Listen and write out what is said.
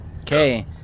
okay